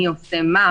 מי עושה מה,